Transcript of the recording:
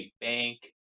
bank